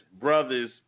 brothers